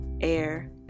air